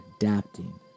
adapting